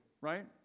right